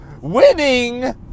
Winning